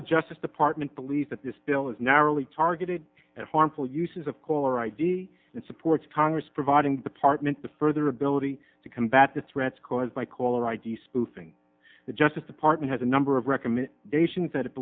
the justice department believes that this bill is narrowly targeted at harmful uses of caller id it supports congress providing department the further ability to combat the threats caused by caller id spoofing the justice department has a number of recommend nations that